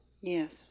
Yes